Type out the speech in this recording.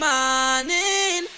morning